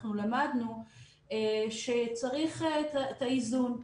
אנחנו למדנו שצריך את האיזון.